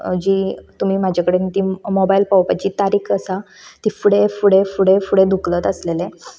जी म्हाजे कडेन मोबायल पावोवपाची जी तारीख आसा ती फुडें फुडें फुडें धुकतल आसलेले